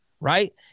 right